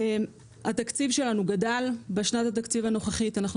התקציב שלנו גדל בשנת התקציב הנוכחית ואנחנו